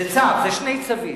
צו, אלה שני צווים.